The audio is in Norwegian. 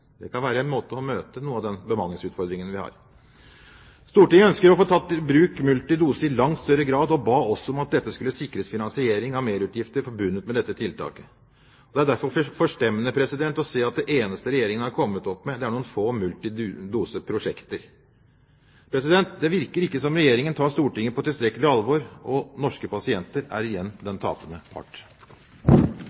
Det kan være en måte å møte noe av den bemanningsutfordringen vi har på. Stortinget ønsker å få tatt i bruk multidose i langt større grad, og ba også om at det skulle sikres finansiering av merutgifter forbundet med dette tiltaket. Det er derfor forstemmende å se at det eneste Regjeringen har kommet opp med, er noen få multidoseprosjekter. Det virker ikke som om Regjeringen tar Stortinget på tilstrekkelig alvor, og norske pasienter er igjen